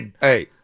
Hey